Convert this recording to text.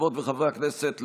חברות וחברי הכנסת,